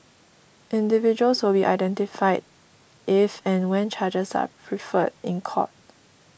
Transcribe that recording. individuals will be identified if and when charges are preferred in court